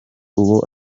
uwo